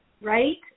right